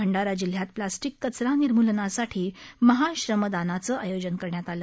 भंडारा जिल्ह्यात प्लास्टिक कचरा निर्मूलनासाठी महाश्रमदानाचं आयोजन करण्यात आलं